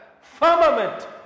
Firmament